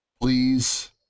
Please